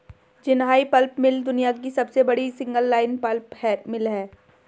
Jinhai pulp mill दुनिया की सबसे बड़ी सिंगल लाइन पल्प मिल है